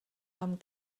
amb